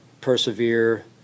persevere